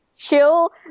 chill